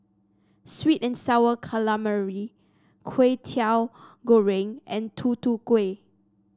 sweet and sour calamari Kwetiau Goreng and Tutu Kueh